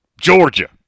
Georgia